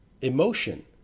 emotion